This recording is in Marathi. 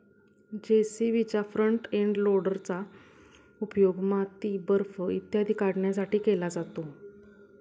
जे.सी.बीच्या फ्रंट एंड लोडरचा उपयोग माती, बर्फ इत्यादी काढण्यासाठीही केला जातो